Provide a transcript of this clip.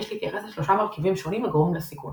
יש להתייחס לשלושה מרכיבים שונים הגורמים לסיכון